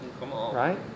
Right